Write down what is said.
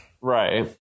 Right